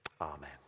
Amen